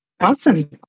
Awesome